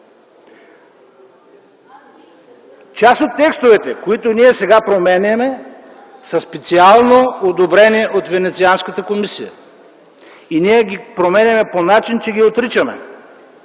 Част от текстовете, които ние сега променяме, са специално одобрени от Венецианската комисия. И ние ги променяме по начин, че ги отричаме.